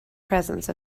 presence